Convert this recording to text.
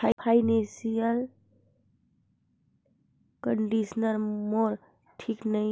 financial condition मोर ठीक नी